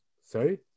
Sorry